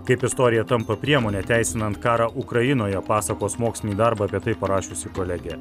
kaip istorija tampa priemone teisinant karą ukrainoje pasakos mokslinį darbą apie tai parašiusi kolegė